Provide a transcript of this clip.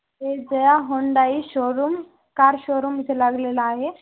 हे Jaya Hyundai showroom car showroom इथं लागलेलं आहे